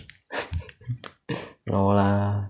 no lah